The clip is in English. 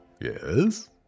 Yes